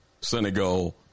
Senegal